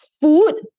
food